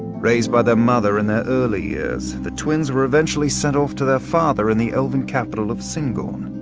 raised by their mother in their early years, the twins were eventually sent off to their father in the elven capital of syngorn.